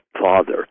father